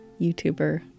youtuber